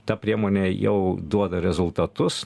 ta priemonė jau duoda rezultatus